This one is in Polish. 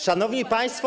Szanowni Państwo!